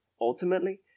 ultimately